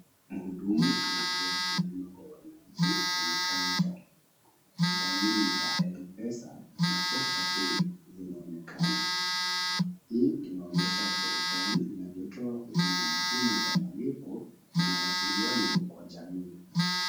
Mhudumu anatoa huduma kwa wananchi kwenye kaunta. Dalili za M-Pesa na Posta Pay zinaonekana. Hii inaonyesha serikali inavyotoa huduma muhimu za malipo na mawasiliano kwa jamii.